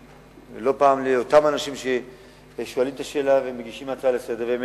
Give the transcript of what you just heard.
ולא פעם אני משיב לאותם אנשים ששואלים את השאלה ומגישים הצעה לסדר-היום,